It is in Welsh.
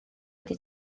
wedi